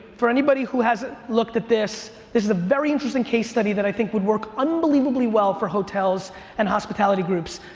for anybody who has looked at this, this is a very interesting case study that i think would work unbelievably well for hotels and hospitality groups.